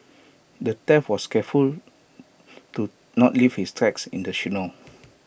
the thief was careful to not leave his tracks in the snow